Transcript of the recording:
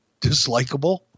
dislikable